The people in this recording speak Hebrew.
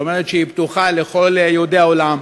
אומרת שהיא פתוחה לכל יהודי העולם,